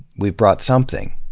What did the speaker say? we've brought something.